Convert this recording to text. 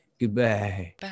Goodbye